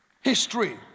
History